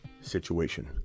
situation